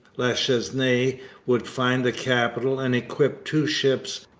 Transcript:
la chesnaye would find the capital and equip two ships,